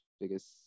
biggest